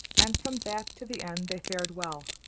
and from that to the end they fared well,